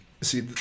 See